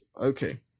Okay